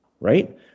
right